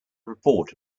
report